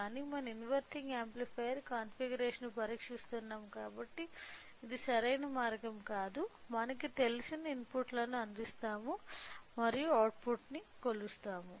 కానీ మన inverting amplifier కాన్ఫిగరేషన్ను పరీక్షిస్తున్నాం కాబట్టి ఇది సరైన మార్గం కాదు మనకు తెలిసిన ఇన్పుట్ను అందిస్తాము మరియు అవుట్సైడ్ ని కొలుస్తాము